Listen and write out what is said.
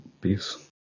Peace